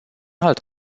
alt